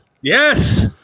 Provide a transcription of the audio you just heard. Yes